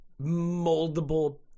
moldable